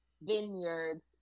vineyards